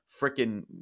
freaking